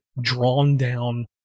drawn-down